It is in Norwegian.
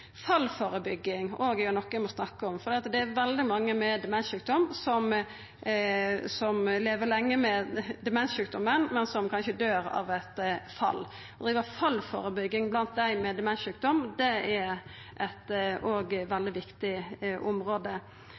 Fallførebygging er òg noko eg må snakka om, for det er veldig mange med demenssjukdom som lever lenge med demenssjukdomen, men som kanskje døyr av eit fall. Å driva fallførebygging blant dei med demenssjukdom er òg eit veldig viktig område.